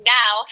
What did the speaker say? now